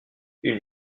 une